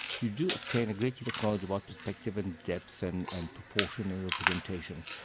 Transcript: you do obtain a great deal of knowledge about perspective and depth and and proportion and representation.